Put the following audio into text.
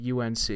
UNC